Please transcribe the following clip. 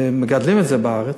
מגדלים את זה בארץ,